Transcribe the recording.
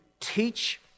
teach